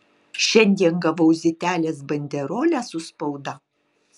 šiandien gavau zitelės banderolę su spauda